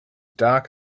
dark